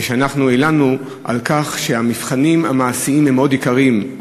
כשאנחנו הלנו על כך שהמבחנים המעשיים הם מאוד יקרים,